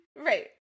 right